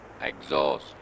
exhaust